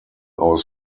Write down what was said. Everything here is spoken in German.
aus